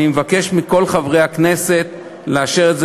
אני מבקש מכל חברי הכנסת לאשר את זה